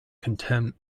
contempt